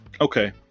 Okay